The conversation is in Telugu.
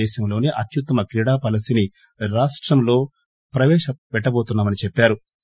దేశంలోనే అత్యుత్తమ క్రీడా పాలసీ ని రాష్టంలో ప్రవేశపెట్టబోతున్నా మన్నారు